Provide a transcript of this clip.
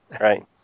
Right